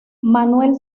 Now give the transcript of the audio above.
manuel